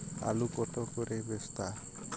আলু কত করে বস্তা?